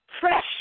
Fresh